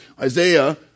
Isaiah